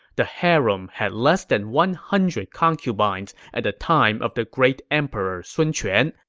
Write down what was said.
the harem had less than one hundred concubines at the time of the great emperor, sun quan.